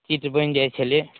चित्र बनि जाइ छलै